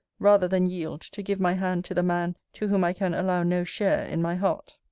rather than yield to give my hand to the man to whom i can allow no share in my heart.